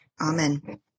Amen